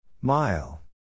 Mile